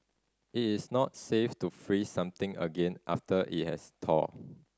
it is not safe to freeze something again after it has thawed